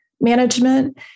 management